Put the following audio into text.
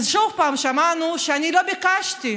אבל שוב שמענו: אני לא ביקשתי.